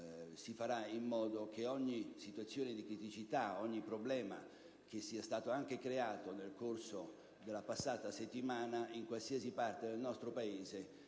in relazione ad ogni situazione di criticità e ad ogni problema che sia stato anche creato nel corso della passata settimana in qualsiasi parte del nostro Paese,